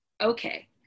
okay